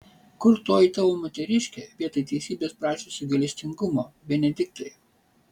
kur toji tavo moteriškė vietoj teisybės prašiusi gailestingumo benediktai